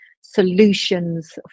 solutions